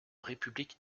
république